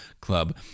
club